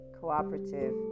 cooperative